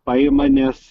paima nes